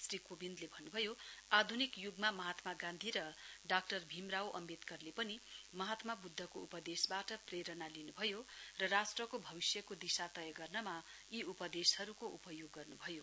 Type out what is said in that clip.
श्री कोविन्दले भन्नुभयो आध्निक युगमा महात्मा गान्धी र डाक्टर भीम राव अम्बेडकरले पनि महात्मा बुद्धको उपदेशबाट प्रेरणा लिनुभयो र राष्ट्रको भविष्यको दिशा तय गर्नमा यी उपदेशहरूको उपयोग गर्नभयो